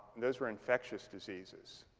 those were infectious diseases.